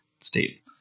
States